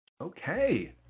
Okay